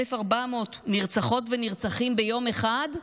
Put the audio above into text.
1,400 נרצחות ונרצחים ביום אחד,